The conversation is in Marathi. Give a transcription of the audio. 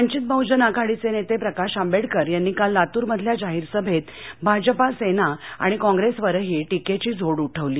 वंचित बहूजन आघाडीचे नेते प्रकाश आंबेडकर यांनी काल लातूरमधल्या जाहीर सभेत भाजपा सेना आणि काँप्रेसवरही टीकेची झोड उठवली